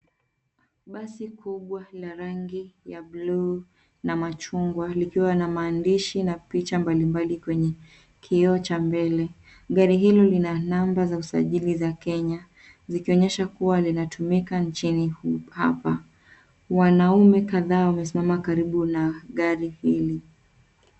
Basi kubwa la rangi ya blue na machungwa likiwa na maandishi na picha mbalimbali kwenye kioo cha mbele. Gari hilo lina namba za usajili za Kenya zikionyesha kuwa zinatumika nchini hapa. Wanaume kadhaa wamesimama karibu na gari hili.